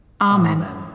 Amen